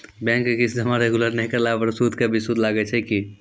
Bank के किस्त जमा रेगुलर नै करला पर सुद के भी सुद लागै छै कि?